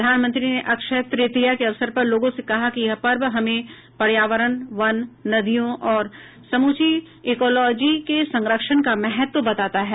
प्रधानमंत्री ने अक्षय तृतीया के अवसर पर लोगों से कहा कि यह पर्व हमें पर्यावरण वन नदियों और समूची पारिस्थितिकी के संरक्षण का महत्व बताता है